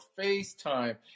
FaceTime